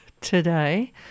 today